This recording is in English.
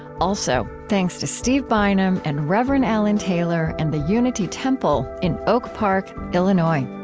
also, thanks to steve bynum and rev. and alan taylor and the unity temple in oak park, illinois